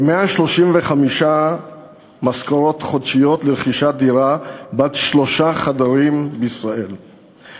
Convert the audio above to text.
ו-135 משכורות חודשיות לרכישת דירה בת שלושה חדרים בישראל,